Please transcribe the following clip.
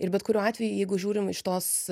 ir bet kuriuo atveju jeigu žiūrim iš tos